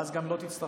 ואז גם לא תצטרכו,